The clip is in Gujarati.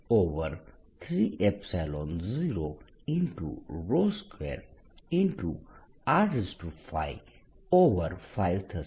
તો E4π30 2 R55 થશે